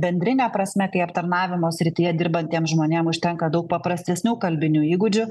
bendrine prasme kai aptarnavimo srityje dirbantiem žmonėm užtenka daug paprastesnių kalbinių įgūdžių